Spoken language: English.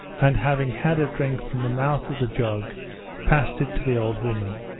and having had a drink from the mouth of the jug passed it to the old woman.